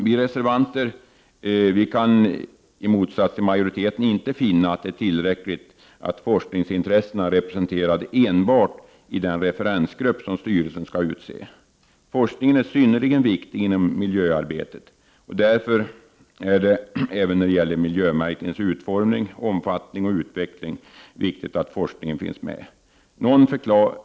Vi reservanter kan i motsats till majoriteten inte finna att det är tillräckligt att forskningsintressena är representerade enbart i den referensgrupp som styrelsen skall utse. Forskningen är synnerligen viktig inom miljöarbetet och = Prot. 1989/90:45 därför även när det gäller miljömärkningens utformning, omfattning och ut 13 december 1989 veckling.